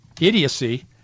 idiocy